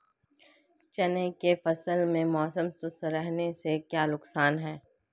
चने की फसल में मौसम शुष्क रहने से क्या नुकसान है?